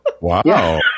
wow